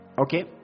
Okay